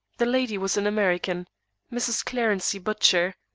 the lady was an american mrs. clarency butcher,